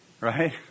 Right